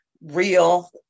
real